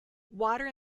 water